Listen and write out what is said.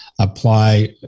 apply